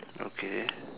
okay